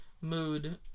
mood